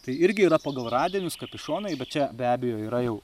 tai irgi yra pagal radinius kapišonai bet čia be abejo yra jau